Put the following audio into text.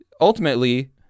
ultimately